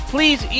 please